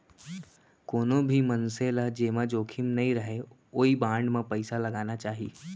कोनो भी मनसे ल जेमा जोखिम नइ रहय ओइ बांड म पइसा लगाना चाही